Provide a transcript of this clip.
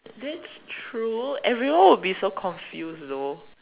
that's true everyone will be so confused though